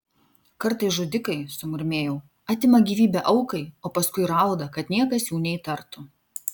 kartais žudikai sumurmėjau atima gyvybę aukai o paskui rauda kad niekas jų neįtartų